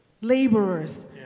Laborers